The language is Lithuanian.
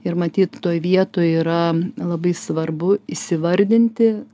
ir matyt toj vietoj yra labai svarbu įsivardinti